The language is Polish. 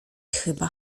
chyba